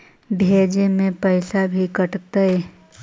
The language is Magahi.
भेजे में पैसा भी कटतै?